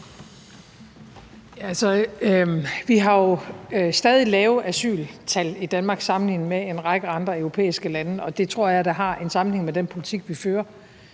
vi har jo stadig lave asyltal i Danmark sammenlignet med en række andre europæiske lande, og det tror jeg da har en sammenhæng med den politik, vi fører